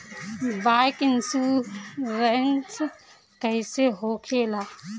Bike insurance कैसे होखे ला?